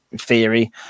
theory